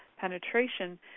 penetration